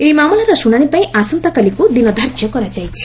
ଏହି ମାମଲାର ଶୁଶାଣି ପାଇଁ ଆସନ୍ତାକାଲିକୁ ଦିନ ଧାର୍ଯ୍ୟ କରାଯାଇଛି